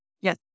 yes